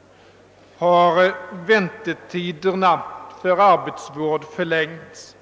— har väntetiderna för arbetsvård förlängts.